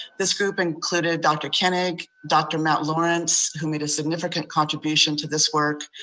this group included dr. koenig, dr. matt lawrence, who made a significant contribution to this work,